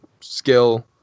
skill